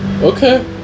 Okay